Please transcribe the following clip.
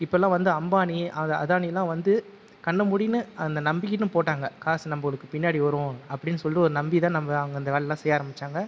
இப்போல்லாம் வந்து அம்பானி அதாணிலாம் வந்து கண்ண மூடி அதை நம்பின்னு போட்டாங்க காசு நமக்கு பின்னாடி வரும் அப்படின்னு சொல்லி நம்பி தான் வந்து இந்த வேலையெல்லாம் செய்ய ஆரம்பிச்சாங்க